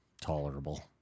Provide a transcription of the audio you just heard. tolerable